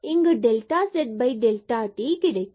இங்கு delta z delta t ஆகும்